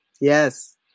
Yes